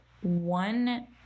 one